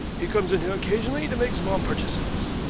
he comes in here occasionally to make small purchases.